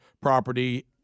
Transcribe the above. property